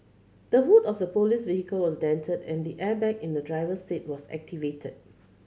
the hood of the police vehicle was dented and the airbag in the driver's seat was activated